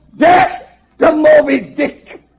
death the moby dick